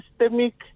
systemic